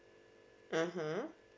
mmhmm